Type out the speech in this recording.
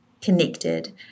connected